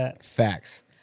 Facts